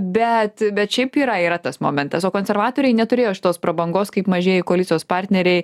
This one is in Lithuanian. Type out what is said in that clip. bet bet šiaip yra yra tas momentas o konservatoriai neturėjo šitos prabangos kaip mažieji koalicijos partneriai